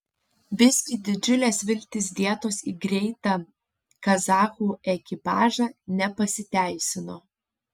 visgi didžiulės viltys dėtos į greitą kazachų ekipažą nepasiteisino